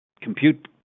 compute